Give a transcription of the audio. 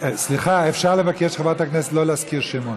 סליחה, אפשר לבקש, חברת הכנסת, לא להזכיר שמות?